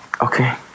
Okay